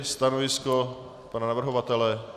Stanovisko pana navrhovatele?